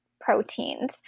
proteins